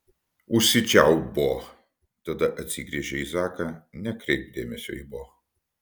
užsičiaupk bo tada atsigręžė į zaką nekreipk dėmesio į bo